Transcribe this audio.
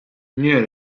nie